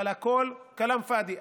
אבל הכול כלאם פאדי.